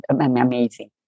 amazing